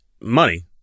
money